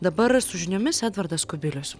dabar su žiniomis edvardas kubilius